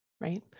right